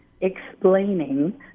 explaining